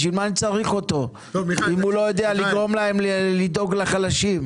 בשביל מה אני צריך אותו אם הוא לא יודע לגרום להם לדאוג לחלשים,